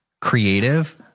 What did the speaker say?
creative